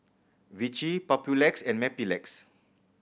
Vichy Papulex and Mepilex